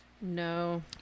No